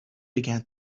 began